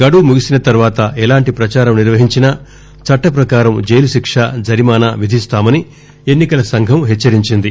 గడువు ముగిసిన తర్వాత ఎలాంటి పచారం నిర్వహించి చట్ల పకారం జైలు శిక్ష జరిమానా విధిస్తామని ఎన్నికల సంఘం హెచ్చరించింది